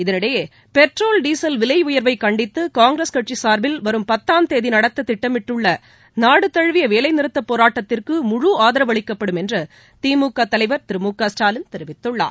இதனிடையே petrol diesel விலை உயர்வைக் கண்டித்து காங்கிரஸ் கட்சி சார்பில் வரும் பத்தாம் தேதி நடத்த திட்டமிட்டுள்ள நாடு தழுவிய வேலைநிறுத்தப் போராட்டத்திற்கு முழு ஆதரவளிக்கப்படும் என்று திமுக தலைவர் திரு மு க ஸ்டாலின் தெரிவித்துள்ளார்